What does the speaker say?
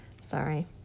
Sorry